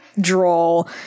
droll